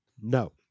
No